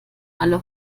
alle